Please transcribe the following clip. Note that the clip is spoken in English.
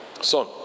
Son